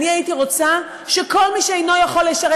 אני הייתי רוצה שכל מי שאינו יכול לשרת